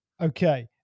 Okay